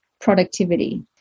productivity